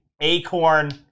Acorn